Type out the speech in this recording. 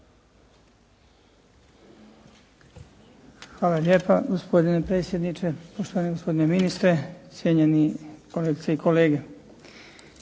Hvala lijepa gospodine predsjedniče. Poštovani gospodine ministre, cijenjeni kolegice i kolege.